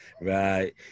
right